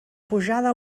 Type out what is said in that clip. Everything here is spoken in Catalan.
pujada